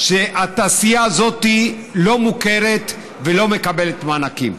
התעשייה הזאת לא מוכרת ולא מקבלת מענקים.